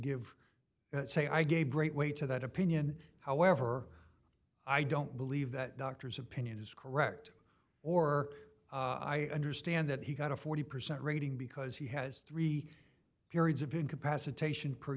give say i gave great way to that opinion however i don't believe that doctor's opinion is correct or i understand that he got a forty percent rating because he has three periods of incapacitation per